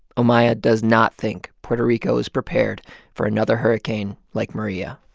omaya does not think puerto rico is prepared for another hurricane like maria.